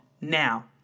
Now